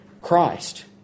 Christ